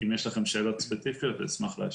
אם יש לכם שאלות ספציפיות, אשמח להשיב.